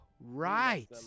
Right